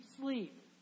sleep